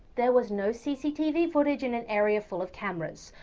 there was no cctv footage, in an area full of cameras.